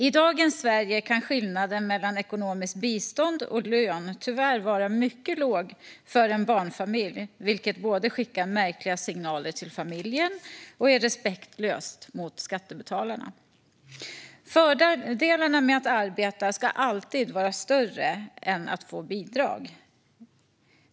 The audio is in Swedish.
I dagens Sverige kan skillnaden mellan ekonomiskt bistånd och lön tyvärr vara mycket liten för en barnfamilj, vilket både skickar märkliga signaler till familjen och är respektlöst mot skattebetalarna. Fördelarna med att arbeta ska alltid vara större än fördelarna med att få bidrag.